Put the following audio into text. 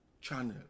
channel